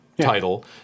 title